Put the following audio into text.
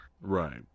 Right